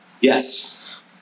yes